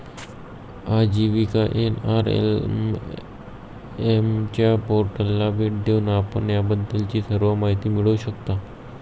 आजीविका एन.आर.एल.एम च्या पोर्टलला भेट देऊन आपण याबद्दलची सर्व माहिती मिळवू शकता